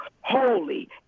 holy